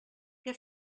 què